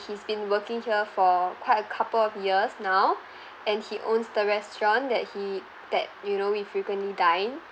he's been working here for quite a couple of years now and he owns the restaurant that he that you know we frequently dine